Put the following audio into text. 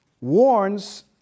warns